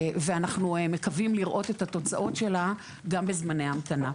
אנחנו מקווים לראות את התוצאות שלה גם בזמני המתנה.